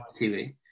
TV